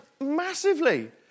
massively